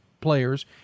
players